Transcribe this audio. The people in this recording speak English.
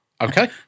Okay